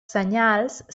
senyals